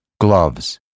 gloves